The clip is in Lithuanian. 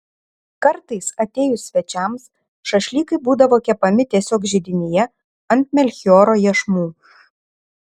kartais atėjus svečiams šašlykai būdavo kepami tiesiog židinyje ant melchioro iešmų